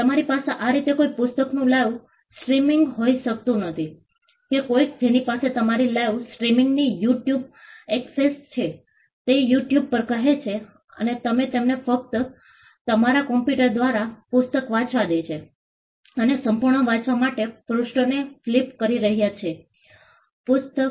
તમારી પાસે આ રીતે કોઈ પુસ્તકનું લાઇવ સ્ટ્રીમિંગ હોઈ શકતું નથી કે કોઈક જેની પાસે તમારી લાઇવ સ્ટ્રીમિંગની YouTube એક્સેસ છે તે યુ ટ્યુબ પર કહે છે અને તમે તેમને ફક્ત તમારા કમ્પ્યુટર દ્વારા પુસ્તક વાંચવા દે છે અને સંપૂર્ણ વાંચવા માટે પૃષ્ઠોને ફ્લિપ કરી રહ્યાં છે પુસ્તક